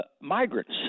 migrants